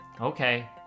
Okay